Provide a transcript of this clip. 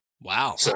Wow